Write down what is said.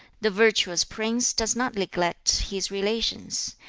the virtuous prince does not neglect his relations.